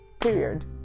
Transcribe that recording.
period